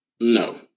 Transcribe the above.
No